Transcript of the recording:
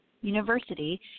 University